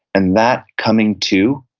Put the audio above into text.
and that coming to,